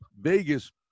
Vegas